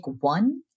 one